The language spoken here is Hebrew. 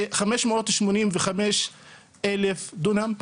זה 585,000 דונם.